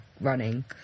running